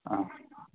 हाँ